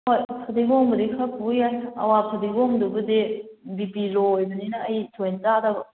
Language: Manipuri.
ꯍꯣꯏ ꯐꯥꯗꯤꯒꯣꯝꯕꯨꯗꯤ ꯈꯔ ꯄꯨ ꯌꯥꯏ ꯑꯋꯥ ꯐꯗꯤꯒꯣꯝꯗꯨꯕꯨꯗꯤ ꯕꯤꯄꯤ ꯂꯣ ꯑꯣꯏꯕꯅꯤꯅ ꯑꯩ ꯊꯣꯏꯅ ꯆꯥꯗꯕ